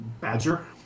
badger